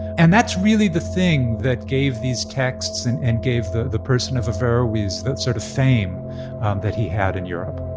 and that's really the thing that gave these texts and and gave the the person of averroes that sort of fame that he had in europe